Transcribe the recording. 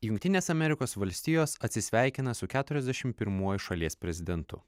jungtinės amerikos valstijos atsisveikina su keturiasdešimt pirmuoju šalies prezidentu